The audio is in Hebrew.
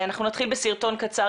אנחנו נתחיל בסרטון קצר,